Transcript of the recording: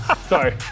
Sorry